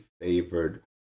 favored